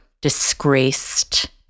disgraced